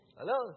Hello